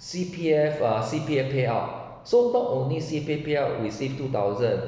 C_P_F uh C_P_F payout so not only C_P_F payout received two thousand